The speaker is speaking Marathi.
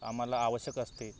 आम्हाला आवश्यक असते